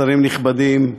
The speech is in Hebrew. שרים נכבדים,